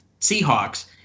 Seahawks